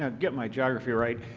ah get my jock rewrite.